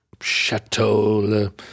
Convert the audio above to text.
chateau